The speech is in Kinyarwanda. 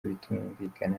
bitumvikana